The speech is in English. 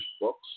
books